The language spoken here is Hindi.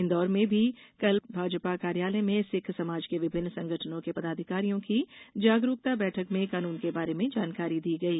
इन्दौर में भी कल भाजपा कार्यालय में सिख समाज के विभिन्न संगठनों के पदाधिकारियो की जागरुकता बैठक में कानून के बारे में जानकारी दी गई